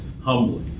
humbly